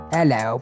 Hello